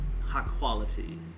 high-quality